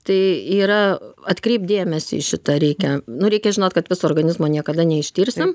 tai yra atkreipt dėmesį į šitą reikia nu reikia žinot kad viso organizmo niekada neištirsim